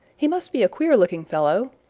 he must be a queer looking fellow,